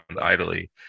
idly